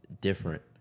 different